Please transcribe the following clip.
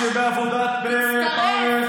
"שכחנו שבעבודת פרך,